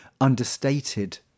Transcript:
understated